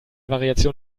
variation